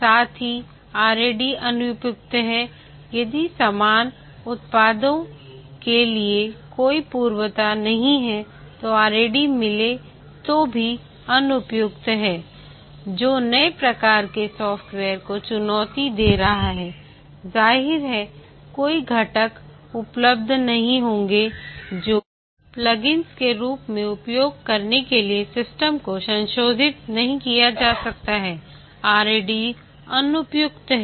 साथ ही RAD अनुपयुक्त हैयदि समान उत्पादों के लिए कोई पूर्वता नहीं है तो RAD मिले तो भी अनुपयुक्त है जो नए प्रकार के सॉफ़्टवेयर को चुनौती दे रहा है जाहिर है कोई घटक उपलब्ध नहीं होंगे जो प्लगइन्स के रूप में उपयोग करने के लिए सिस्टम को संशोधित नहीं किया जा सकता है RAD अनुपयुक्त है